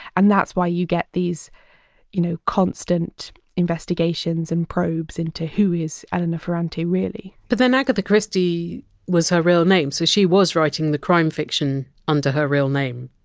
and that's why you get these you know constant investigations and probes into who is elena ferrante really? but then agatha christie was her real name, so she was writing the crime fiction under her real name.